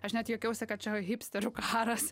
aš net juokiausi kad čia hipsteriu karas